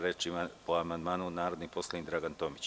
Reč po amandmanu ima narodni poslanik Dragan Tomić.